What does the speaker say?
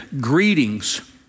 Greetings